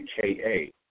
K-A